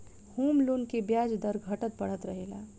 home loan के ब्याज दर घटत बढ़त रहेला